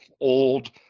old